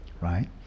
right